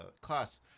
class